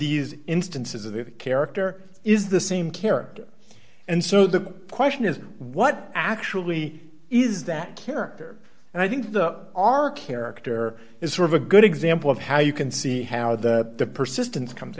these instances of the character is the same character and so the question is what actually is that character and i think the our character is sort of a good example of how you can see how the persistence comes